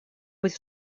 быть